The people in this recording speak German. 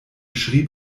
schrieb